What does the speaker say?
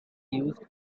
used